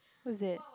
who is that